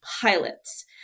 pilots